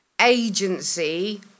agency